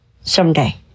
Someday